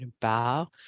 bow